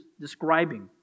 describing